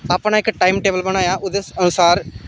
अपना इक time table बनाया ओह्दे अनुसार